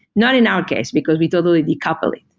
not in our case, because we totally decouple it.